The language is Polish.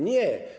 Nie.